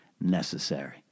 necessary